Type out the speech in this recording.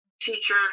teacher